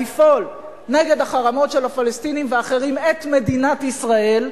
לפעול נגד החרמות של הפלסטינים ואחרים על מדינת ישראל,